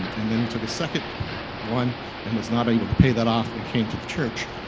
and then, he took a second one and was not able to pay that off and came to the church,